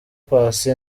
paccy